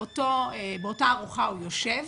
באותה ארוחה הוא יושב